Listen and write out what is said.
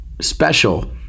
special